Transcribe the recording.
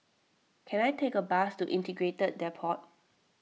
can I take a bus to Integrated Depot